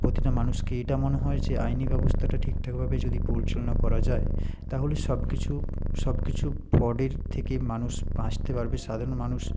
প্রতিটা মানুষকে এটা মনে হয় যে আইনি ব্যবস্থাটা ঠিকঠাকভাবে যদি পরিচালনা করা যায় তাহলে সবকিছু সবকিছু ফ্রডের থেকে মানুষ বাঁচতে পারবে সাধারণ মানুষ